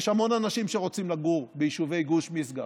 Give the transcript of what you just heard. יש המון אנשים שרוצים לגור ביישובי גוש משגב,